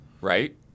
Right